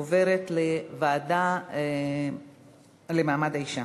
עוברת לוועדה למעמד האישה.